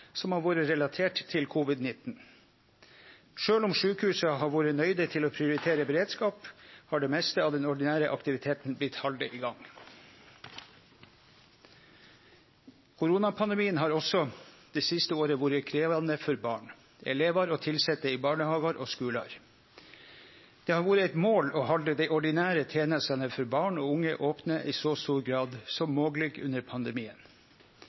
som har vore relaterte til covid-19. Sjølv om sjukehusa har vore nøydde til å prioritere beredskap, har det meste av den ordinære aktiviteten blitt halden i gang. Koronapandemien har også det siste året vore krevjande for barn, elevar og tilsette i barnehagar og skular. Det har vore eit mål å halde dei ordinære tenestene for barn og unge opne i så stor grad som mogleg under pandemien.